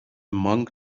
monk